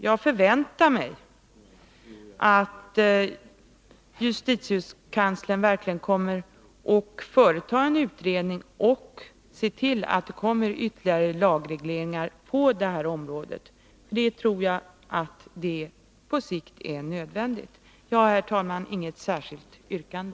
Jag förväntar mig då att justitiekanslern verkligen kommer att företa en utredning och se till att det blir ytterligare lagregleringar på det här området — det tror jag är nödvändigt på sikt. Jag har, herr talman, inget särskilt yrkande.